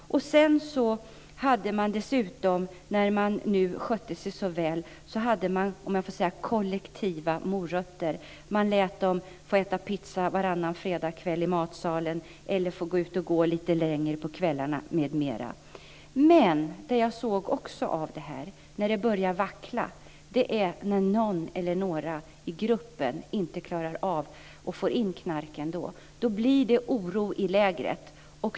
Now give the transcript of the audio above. Sedan hade man "kollektiva morötter" när internerna skötte sig väl. Man lät dem äta pizza i matsalen varannan fredagskväll, gå ut och gå lite längre på kvällarna m.m. Jag såg dock också vad som händer när det börjar vackla, när någon eller några i gruppen inte klarar av detta utan får in knark ändå. Då blir det oro i lägret.